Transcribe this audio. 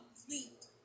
complete